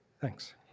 Thanks